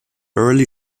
early